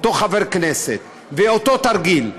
אותו חבר כנסת ואותו תרגיל.